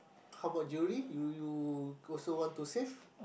how about jewellery do you also want to save